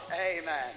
amen